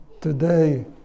today